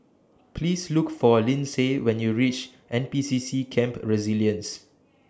Please Look For Lyndsay when YOU REACH N P C C Camp Resilience